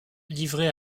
livrés